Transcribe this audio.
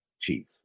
Chief